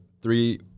three